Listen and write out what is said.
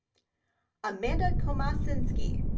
amanda komasinski,